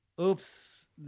oops